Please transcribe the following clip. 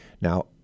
Now